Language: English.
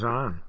on